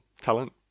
talent